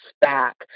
back